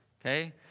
Okay